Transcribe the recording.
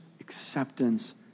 acceptance